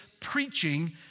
preaching